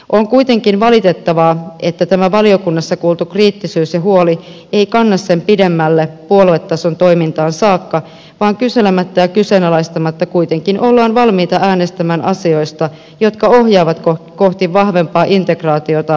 on kuitenkin valitettavaa että tämä valiokunnassa kuultu kriittisyys ja huoli eivät kanna sen pidemmälle puoluetason toimintaan saakka vaan kyselemättä ja kyseenalaistamatta kuitenkin ollaan valmiita äänestämään asioista jotka ohjaavat kohti vahvempaa integraatiota ja liittovaltiota